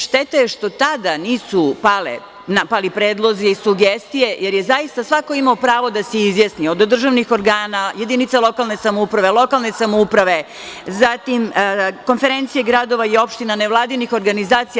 Šteta je što tada nisu pali predlozi, sugestije, jer je zaista svako imao pravo da se izjasni, od državnih organa, jedinica lokalne samouprave, lokalne samouprave, zatim, konferencije gradova i opština, nevladinih organizacija.